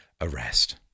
arrest